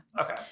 Okay